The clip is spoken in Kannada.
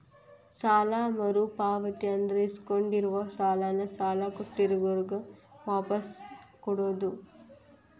ಸಾಲ ಮರುಪಾವತಿ ಅಂದ್ರ ಇಸ್ಕೊಂಡಿರೋ ಸಾಲಾನ ಸಾಲ ಕೊಟ್ಟಿರೋರ್ಗೆ ವಾಪಾಸ್ ಕೊಡೋದ್